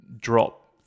drop